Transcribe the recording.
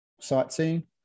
sightseeing